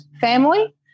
family